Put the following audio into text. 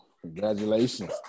congratulations